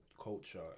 culture